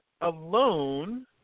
alone